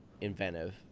inventive